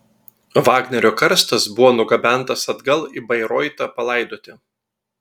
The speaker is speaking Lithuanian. vagnerio karstas buvo nugabentas atgal į bairoitą palaidoti